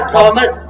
Thomas